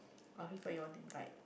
or people you want to invite